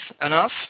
enough